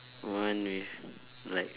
one with like